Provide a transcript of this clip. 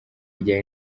rya